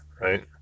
right